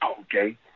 Okay